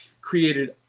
created